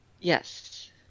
yes